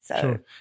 sure